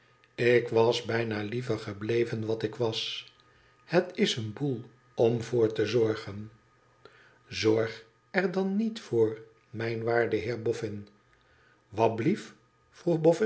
ik was bijna liever gebleven wat ik was het is een boel om voor te zorgen zorg er dan niet voor mijn waarde